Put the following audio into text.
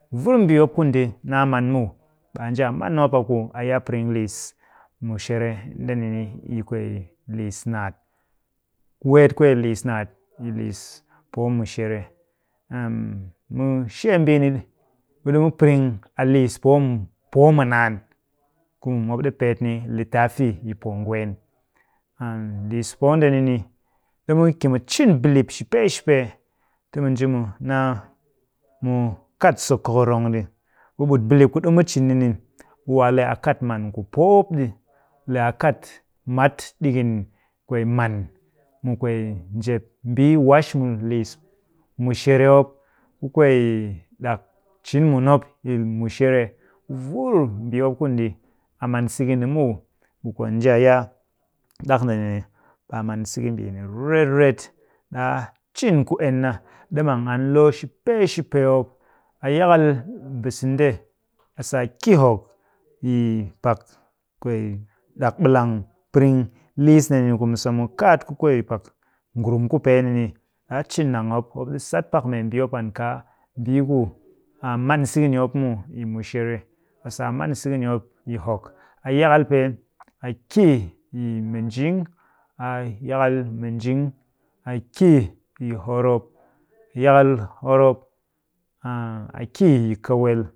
Vur mbii mop ku ndi naa man muw, ɓe a nji a man mop a ku a yaa piring liis mushere ndeni ni yi kwee liis naat, ku weet kwee liis naat yi liis poo mushere. mu shee mbii ni, ɓe ɗimu piring a liipoo mu, poo mu naan ku mop ɗi peet ni litafi yi poo ngween. liis poo ndeni ni, ɗimu ki mu cin bilip shipee shipee timu nji mu naa mu kat sokokorong ɗi. Ɓe ɓut bilip ku ɗimu cin ni ni, ɓe waa le a kat man. kupoo mop ɗi, le a kat mat ɗikin man mu kwee njep mbii, wash mu liis mushere mop ku kwee ɗak cin mun mop yil mushere, ku vur mbii mop ku ndi a man siki ni muw. Ɓe ku a nji a yaa ɗak ndeni ni, ɓe a man siki mbini riret riret. Ɗaa cin ku enna. Ɗi mang an loo shipee shipee mop. A yakal bise nde, a sa a ki hokk yi pak kwee ɗak ɓilang piring liis ndeni ku mu sa kaat ku kwee pak ngurum ku pee ni ni. Ɗaa cin nang mop. Mop ɗi sat pak membii mop an kaa mbii ku a man siki ni mop muw yi mushere. A sa a man siki ni mop yi hokk. A yakal pee a ki yi minjing. A yakal minjing a ki yi horop. A yakal horop a ki yi kawel.